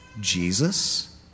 Jesus